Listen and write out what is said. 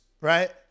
right